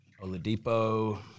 Oladipo